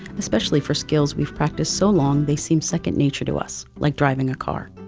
especially for skills we've practiced so long they seem second nature to us, like driving a car.